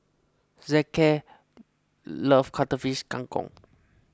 Zeke loves Cuttlefish Kang Kong